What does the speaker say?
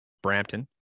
Brampton